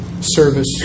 service